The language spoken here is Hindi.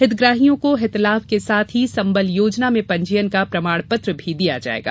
हितग्राहियों को हितलाभ के साथ ही संबल योजना में पंजीयन का प्रमाण पत्र दिया जायेगा